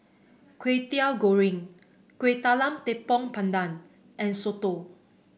Kwetiau Goreng Kueh Talam Tepong Pandan and soto